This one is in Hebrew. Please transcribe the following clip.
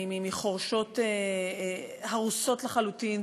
מחורשות הרוסות לחלוטין,